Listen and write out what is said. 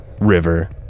River